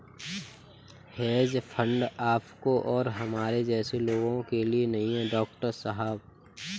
hedge fund आपके और हमारे जैसे लोगों के लिए नहीं है, डॉक्टर साहब